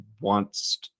wants